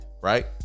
Right